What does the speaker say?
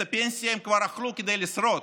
את הפנסיה הם כבר אכלו כדי לשרוד,